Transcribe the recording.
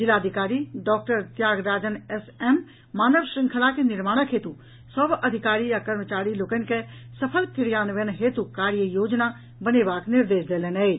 जिलाधिकारी doctor Tyag Rajan S M मानव श्रृंखला के निर्माणक हेतु सभ अधिकारी आ कर्मचारी लोकनि के सफल क्रियान्वयन हेतु कार्य योजना बनेबाक निर्देश देलनि अछि